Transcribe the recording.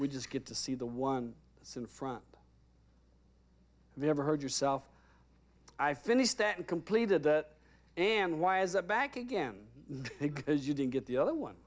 just get to see the one sin front they ever heard yourself i finished that and completed that and why is that back again because you didn't get the other one